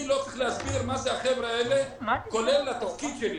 לי לא צריך להזכיר מה זה החבר'ה האלה כולל התפקיד שלי.